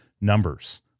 numbers